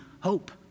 hope